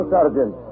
Sergeant